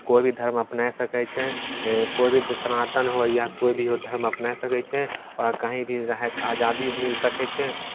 कोइ भी धर्म अपना सकै छै कोइ भी सनातन होय या कोइ भी हो धर्म अपनाए सकै छै आओर कहीँ भी रहयके आजादी मिल सकै छै